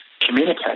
communicate